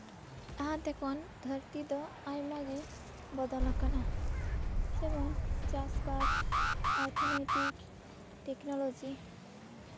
ᱞᱟᱦᱟᱛᱮ ᱠᱷᱚᱱ ᱫᱷᱟᱹᱨᱛᱤ ᱫᱚ ᱟᱭᱢᱟᱜᱮ ᱵᱚᱫᱚᱞ ᱟᱠᱟᱱᱟ ᱡᱮᱢᱚᱱ ᱪᱟᱥᱼᱵᱟᱥ ᱚᱨᱛᱷᱚᱱᱳᱭᱛᱤᱠ ᱴᱮᱠᱱᱳᱞᱚᱡᱤ